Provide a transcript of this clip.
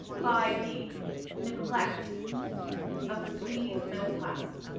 by the neglect of the squeezed middle class.